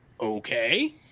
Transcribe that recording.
Okay